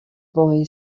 boy